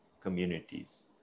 communities